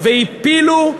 והפילו,